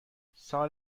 سال